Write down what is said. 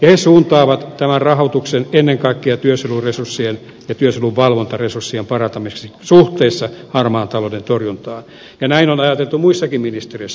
he suuntaavat tämän rahoituksen ennen kaikkea työsuojeluresurssien ja työsuojelun valvontaresurssien parantamiseen suhteessa harmaan talouden torjuntaan ja näin on ajateltu muissakin ministeriöissä